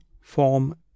form